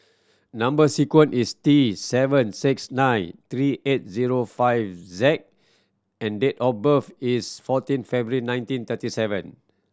number sequence is T seven six nine three eight zero five Z and date of birth is fourteen February nineteen thirty seven